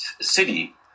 city